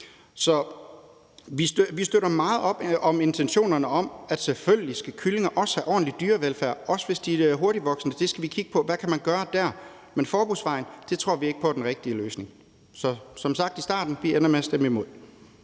Så vi støtter meget op om intentionerne om, at kyllinger selvfølgelig også skal have en ordentlig dyrevelfærd, også hvis de er hurtigtvoksende, og at vi der skal kigge på, hvad man kan gøre, men forbudsvejen tror vi ikke på er den rigtige løsning. Så som sagt i starten ender vi med at stemme imod.